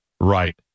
Right